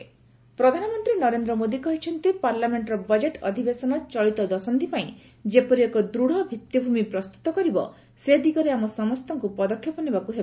PM Modi parliament ପ୍ରଧାନମନ୍ତ୍ରୀ ନରେନ୍ଦ୍ର ମୋଦି କହିଛନ୍ତି ପାର୍ଲାମେଣ୍ଟ୍ର ବଜେଟ୍ ଅଧିବେଶନ ଚଳିତ ଦଶନ୍ଧି ପାଇଁ ଯେପରି ଏକ ଦୃଢ଼ ଭିଭିଭୂମି ପ୍ରସ୍ତୁତ କରିବ ସେଦିଗରେ ଆମ ସମସ୍ତଙ୍କୁ ପଦକ୍ଷେପ ନେବାକୁ ହେବ